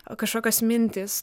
o kažkokias mintis